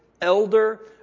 elder